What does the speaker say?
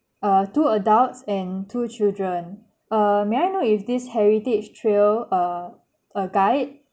err two adults and two children err may I know if this heritage trail err err guide